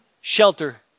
shelter